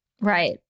Right